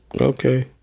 Okay